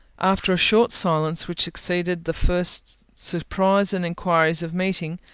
after a short silence which succeeded the first surprise and enquiries of meeting,